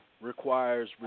Requires